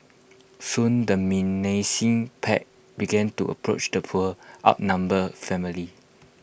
soon the menacing pack began to approach the poor outnumbered family